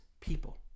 people